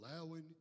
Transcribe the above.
allowing